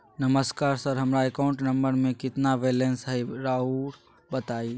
नमस्कार सर हमरा account number में कितना बैलेंस हेई राहुर बताई?